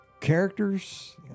characters